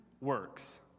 works